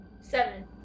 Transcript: Seven